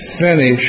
finish